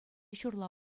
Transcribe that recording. ҫурла